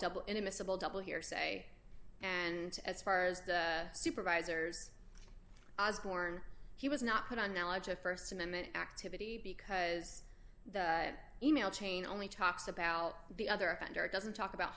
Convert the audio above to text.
double inadmissible double hearsay and as far as the supervisors was born he was not put on knowledge of st amendment activity because the e mail chain only talks about the other offender it doesn't talk about